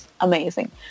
Amazing